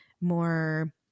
more